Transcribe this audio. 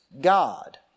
God